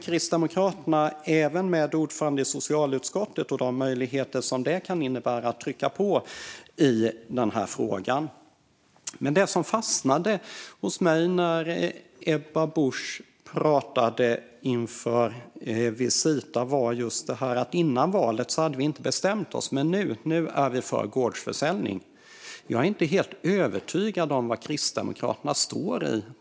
Kristdemokraterna har även ordförandeposten i socialutskottet, med de möjligheter detta kan innebära för att trycka på i frågan. Det som fastnade hos mig när Ebba Busch pratade inför Visita var att man inte hade bestämt sig före valet men att man nu var för gårdsförsäljning. Jag är dock inte helt övertygad om var Kristdemokraterna står.